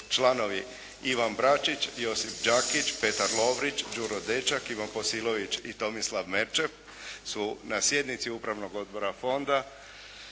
članovi Ivan Bračić, Josip Đakić, Petar Lovrić, Đuro Dečak, Ivan Posilović i Tomislav Merčep su na sjednici Upravnog odbora Fonda